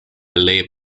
lay